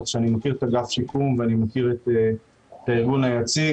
כך שאני מכיר את אגף השיקום ואני מכיר את הארגון היציג,